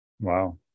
Wow